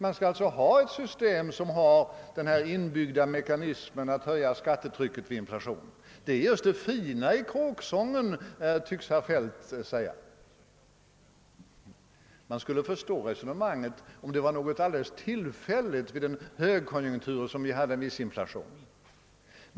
Man skall alltså ha ett system som har denna inbyggda mekanism vilken höjer skattetrycket vid inflation — det är just det fina i kråksången, tycks herr Feldt mena. Resonemanget skulle vara förståeligt om det var fråga om något alldeles tillfälligt, t.ex. om vi en kort tid hade en högkonjunktur med en viss inflation.